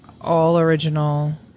all-original